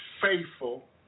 faithful